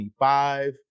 25